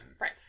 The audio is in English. Right